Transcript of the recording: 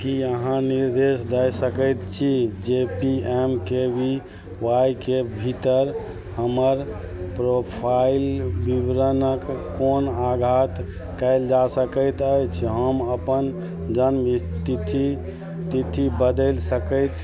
कि अहाँ निर्देश दए सकैत छी जे P M K V Y के भीतर हमर प्रोफाइल विवरणके कोन आघात कएल जा सकैत अछि हम अपन जनम स्थिति तिथि बदलि सकैत